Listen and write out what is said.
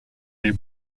les